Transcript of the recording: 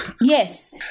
Yes